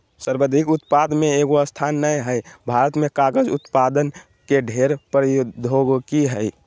सर्वाधिक उत्पादक में एगो स्थान नय हइ, भारत में कागज उत्पादन के ढेर प्रौद्योगिकी हइ